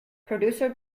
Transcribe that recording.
producer